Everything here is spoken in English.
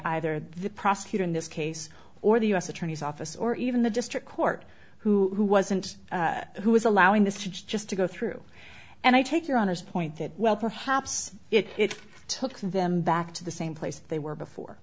either the prosecutor in this case or the u s attorney's office or even the district court who wasn't who was allowing this just to go through and i take your honour's point that well perhaps it took them back to the same place they were before